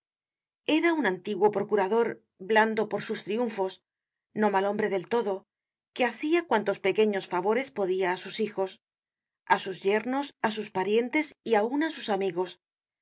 era un antiguo procurador blando por sus triunfos no mal hombre del todo que hacia cuantos pequeños favores podia á sus hijos á sus yernos á sus parientes y aun á sus amigos